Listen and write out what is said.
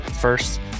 First